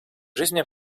жизни